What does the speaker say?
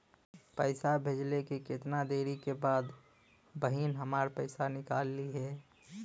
पैसा भेजले के कितना देरी के बाद बहिन हमार पैसा निकाल लिहे?